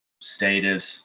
stated